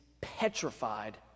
petrified